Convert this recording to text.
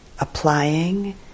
applying